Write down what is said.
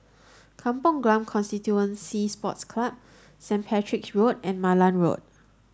Kampong Glam Constituency Sports Club Saint Patrick's Road and Malan Road